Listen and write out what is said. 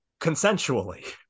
consensually